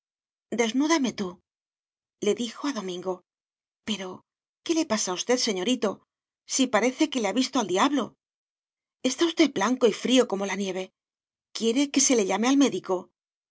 desnúdame tú le dijo a domingo pero qué le pasa a usted señorito si parece que le ha visto al diablo está usted blanco y frío como la nieve quiere que se le llame al médico